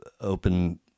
open